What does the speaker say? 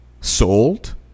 sold